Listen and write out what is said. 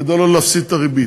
כדי שלא להפסיד את הריבית.